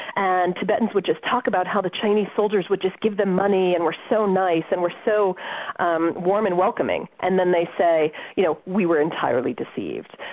and tibetans would just talk about how the chinese soldiers would just give them money and were so nice, and were so um warm and welcoming, and then they say you know, we were entirely deceived',